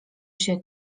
się